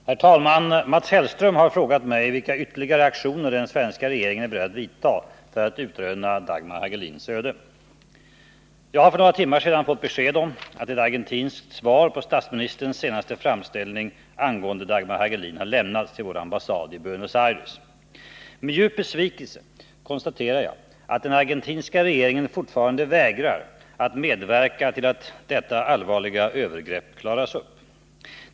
Herr talman! Mats Hellström har frågat mig vilka ytterligare aktioner den svenska regeringen är beredd vidta för att utröna Dagmar Hagelins öde. Jag har för några timmar sedan fått besked om att ett argentinskt svar på statsministerns senaste framställning angående Dagmar Hagelin har lämnats till vår ambassad i Buenos Aires. Med djup besvikelse konstaterar jag att den argentinska regeringen fortfarande vägrar att medverka till att detta allvarliga övergrepp klaras upp.